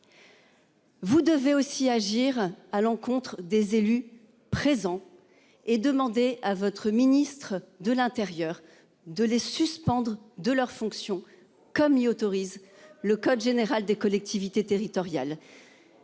Vous devez aussi agir à l'encontre des élus présents et demander à votre ministre de l'Intérieur de les suspendre de leurs fonctions comme il autorise le code général des collectivités territoriales.